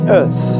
earth